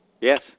yes